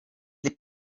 les